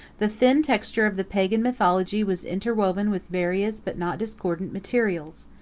the thin texture of the pagan mythology was interwoven with various but not discordant materials.